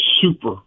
super